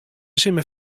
simmer